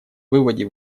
выводе